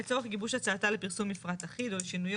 לצורך גיבוש הצעתה לפרסום מפרט אחיד או לשינויו